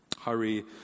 Hurry